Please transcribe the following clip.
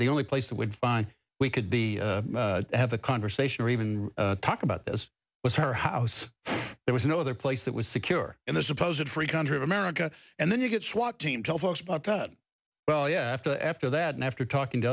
the only place that would find we could be have a conversation or even talk about this was her house there was no other place that was secure and there's supposed free country of america and then you get swat team tell folks about that well yeah after after that and after talking to